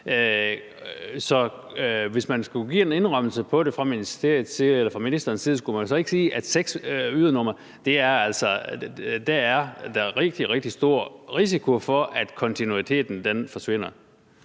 hvis man skulle give en indrømmelse om det fra ministerens side, kunne man så ikke sige, at der med seks ydernumre altså er rigtig, rigtig stor risiko for, at kontinuiteten forsvinder?